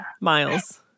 miles